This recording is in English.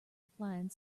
applying